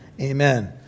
Amen